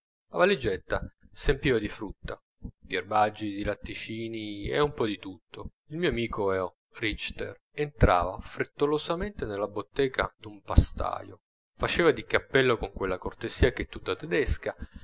la valigetta s'empiva di frutta di erbaggi di latticinii d'un po di tutto il mio amico richter entrava frettolosamente nella bottega d'un pastaio faceva di cappello con quella cortesia ch'è tutta tedesca